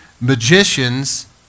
magicians